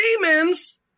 demons